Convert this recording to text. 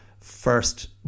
first